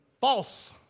false